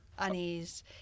unease